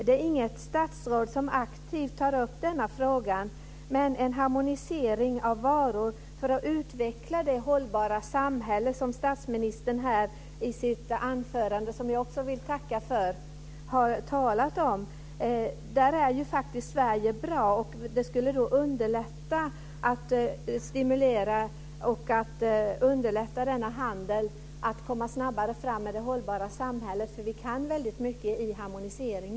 Men när det gäller en harmonisering av varor för att utveckla det hållbara samhälle som statsministern har talat om i sitt anförande - som jag också vill tacka för - är Sverige faktiskt bra. Att stimulera handeln skulle underlätta att komma snabbare fram med det hållbara samhället, för vi kan mycket när det gäller harmonisering.